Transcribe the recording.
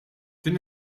din